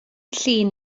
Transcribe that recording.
llun